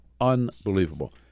unbelievable